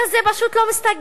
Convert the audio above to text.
רוב כזה פשוט לא מסתגר,